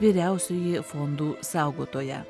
vyriausioji fondų saugotoja